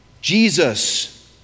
Jesus